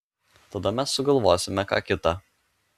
tada mes sugalvosime ką kita